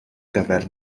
gyfer